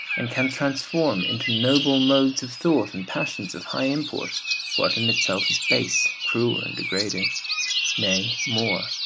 and can transform into noble moods of thought and passions of high import what in itself is base, cruel and degrading nay, more,